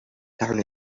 town